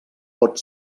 pot